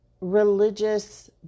religious